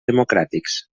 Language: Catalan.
democràtics